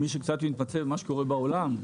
מי שקצת מתמצא במה שקורה בעולם,